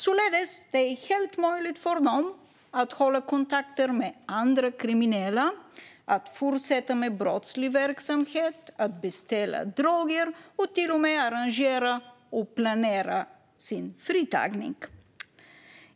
Det är således helt möjligt för dem att hålla kontakt med andra kriminella, att fortsätta med brottslig verksamhet, att beställa droger och till och med att arrangera och planera sin fritagning.